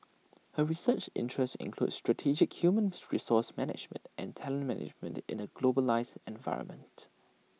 her research interests include strategic human resource management and talent management in A globalised environment